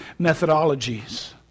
methodologies